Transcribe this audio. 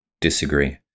disagree